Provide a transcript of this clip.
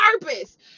purpose